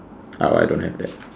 uh I don't have that